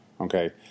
Okay